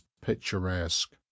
picturesque